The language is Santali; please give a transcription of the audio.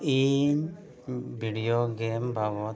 ᱤᱧ ᱵᱷᱤᱰᱭᱳ ᱜᱮᱹᱢ ᱵᱟᱵᱚᱫᱽ